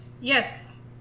Yes